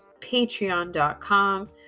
patreon.com